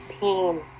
pain